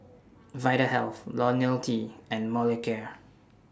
Vitahealth Ionil T and Molicare